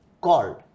called